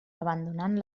abandonant